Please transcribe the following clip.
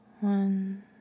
one